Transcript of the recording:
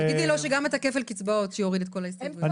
תגידי לו שיוריד את כל ההסתייגויות גם